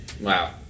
wow